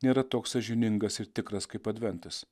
nėra toks sąžiningas ir tikras kaip adventas